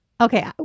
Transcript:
Okay